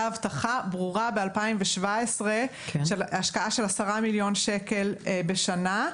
הבטחה ברורה ב-2017 על השקעה של 10 מיליון שקל בשנה.